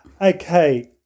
Okay